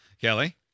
Kelly